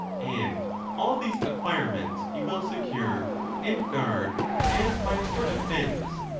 and all these acquirements he will secure and guard as by a sort of fence,